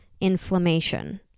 inflammation